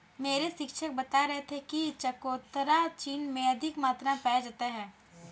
मेरे शिक्षक बता रहे थे कि चकोतरा चीन में अधिक मात्रा में पाया जाता है